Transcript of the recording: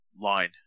line